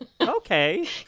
Okay